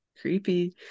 Creepy